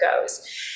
goes